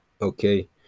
Okay